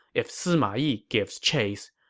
if sima yi gives chase,